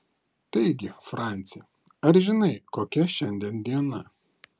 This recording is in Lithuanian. taigi franci ar žinai kokia šiandien diena